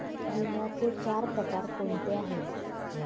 विम्याचे चार प्रकार कोणते आहेत?